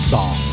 Song